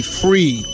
free